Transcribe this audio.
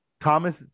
Thomas